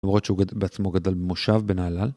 למרות שהוא בעצמו גדל במושב בנהלל.